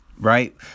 Right